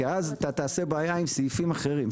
כי אז אתה תעשה בעיה עם סעיפים אחרים.